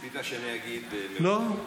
ציפית שאני אגיד "מוותר"?